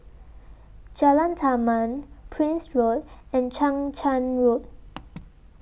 Jalan Taman Prince Road and Chang Charn Road